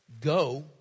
Go